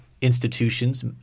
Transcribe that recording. institutions